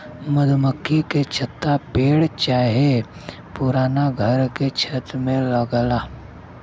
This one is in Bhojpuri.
मधुमक्खी के छत्ता पेड़ चाहे पुराना घर के छत में लगला